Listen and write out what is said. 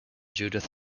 judith